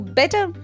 better